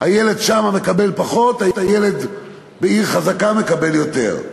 הילד שם מקבל פחות, הילד בעיר חזקה מקבל יותר.